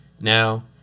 Now